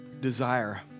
desire